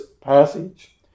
passage